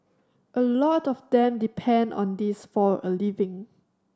a lot of them depend on this for a living